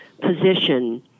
position